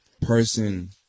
person